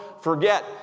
forget